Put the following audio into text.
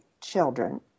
children